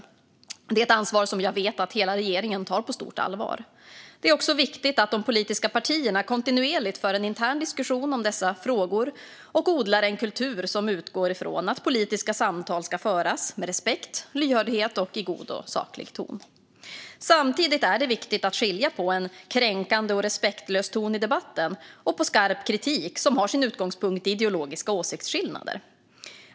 Det är ett ansvar som jag vet att hela regeringen tar på stort allvar. Det är också viktigt att de politiska partierna kontinuerligt för en intern diskussion om dessa frågor och odlar en kultur som utgår från att politiska samtal ska föras med respekt, lyhördhet och i god och saklig ton. Samtidigt är det viktigt att skilja på en kränkande och respektlös ton i debatten och på skarp kritik som har sin utgångspunkt i ideologiska åsiktsskillnader.